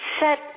set